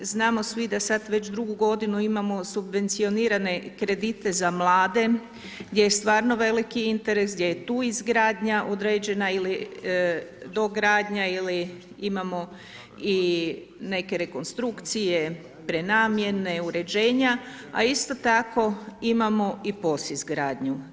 Znamo svi da sada već drugu godinu imamo subvencionirane kredite za mlade, gdje je stvarno veliki interes, gdje je tu izgradnja određena ili dogradnja ili imamo i neke rekonstrukcije, prenamjene, uređenja, a isto tako imamo i POS izgradnju.